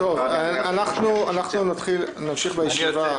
אנחנו נמשיך בישיבה.